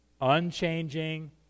unchanging